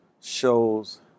shows